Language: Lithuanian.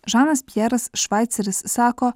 žanas pjeras švaiceris sako